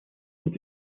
und